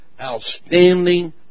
outstanding